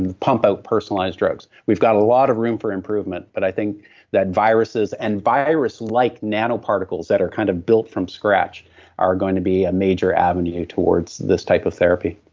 and pump out personalized drugs. we've got a lot of room for improvement, but i think that viruses and virus like nano-particles that are kind of built from scratch are going to be a major avenue towards this type of therapy.